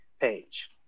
page